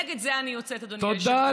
נגד זה אני יוצאת, אדוני היושב-ראש.